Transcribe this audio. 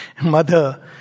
Mother